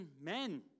men